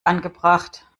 angebracht